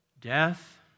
death